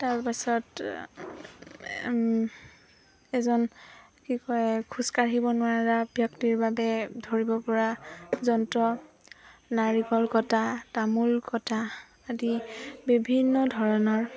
তাৰপাছত এজন কি কয় খোজকাঢ়িব নোৱাৰা ব্যক্তিৰ বাবে ধৰিব পৰা যন্ত্ৰ নাৰিকল কটা তামোল কটা আদি বিভিন্ন ধৰণৰ